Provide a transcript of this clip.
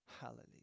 Hallelujah